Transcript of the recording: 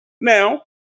Now